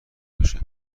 باشه